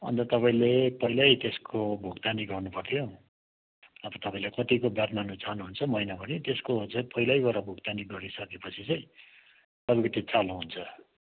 अनि त तपाईँले पहिल्यै त्यसको भुक्तानी गर्नुपर्थ्यो अब तपाईँले कतिको बात मार्न चाहनुहुन्छ महिनाभरि त्यसको पहिल्यैदेखि भुक्तानी गरिसकेपछि चाहिँ तपाईँको त्यो चालु हुन्छ